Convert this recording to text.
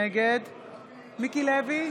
נגד מיקי לוי,